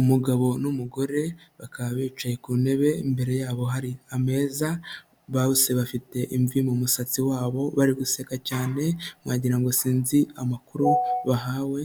Umugabo n'umugore bakaba bicaye ku ntebe imbere yabo hari ameza, base bafite imvi mu musatsi wabo, bari guseka cyane wagira ngo sinzi amakuru bahawe